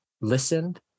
listened